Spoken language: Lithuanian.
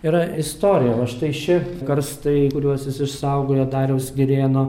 yra istorija va štai ši karstai kuriuos jis išsaugojo dariaus girėno